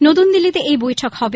নতুন দিল্লিতে এই বৈঠক হবে